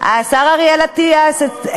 השר אריאל אטיאס.